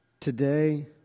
Today